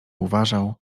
uważał